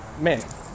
Man